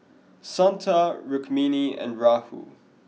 Santha Rukmini and Rahul